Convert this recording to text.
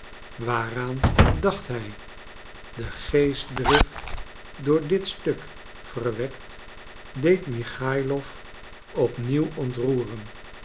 waaraan dacht hij de geestdrift door dit stuk verwekt deed michaïlof op nieuw ontroeren